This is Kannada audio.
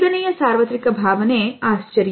ಐದನೆಯ ಸಾರ್ವತ್ರಿಕ ಭಾವನೆಯು ಆಶ್ಚರ್ಯ